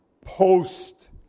post